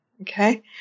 Okay